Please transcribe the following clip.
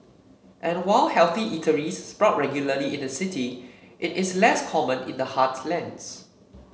and while healthy eateries sprout regularly in the city it is less common in the heartlands